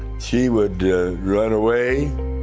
she would run away.